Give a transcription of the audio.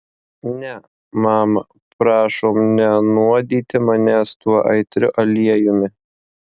ne mama prašom nenuodyti manęs tuo aitriu aliejumi